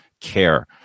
care